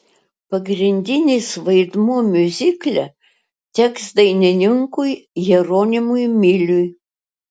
pagrindinis vaidmuo miuzikle teks dainininkui jeronimui miliui